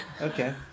Okay